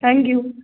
thank you